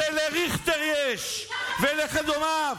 את זה לריכטר יש, ולדומיו.